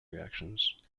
reactions